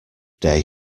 day